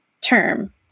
term